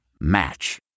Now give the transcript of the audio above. Match